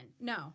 No